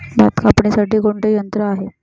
भात कापणीसाठी कोणते यंत्र आहे?